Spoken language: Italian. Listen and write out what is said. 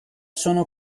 sono